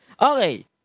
Okay